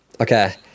Okay